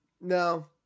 No